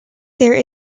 there